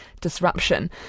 disruption